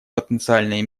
потенциальные